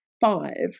five